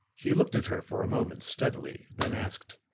he looked at her for a moment steadily, then asked